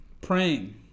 praying